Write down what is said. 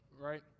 right